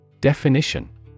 Definition